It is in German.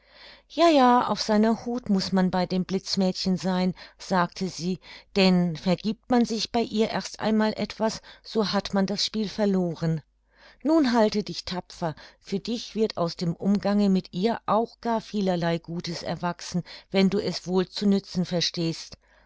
ja ja auf seiner hut muß man bei dem blitzmädchen sein sagte sie denn vergiebt man sich bei ihr erst einmal etwas so hat man das spiel verloren nun halte dich tapfer für dich wird aus dem umgange mit ihr auch gar vielerlei gutes erwachsen wenn du es wohl zu nützen verstehst